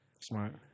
Smart